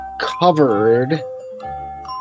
Covered